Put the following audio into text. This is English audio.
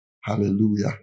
hallelujah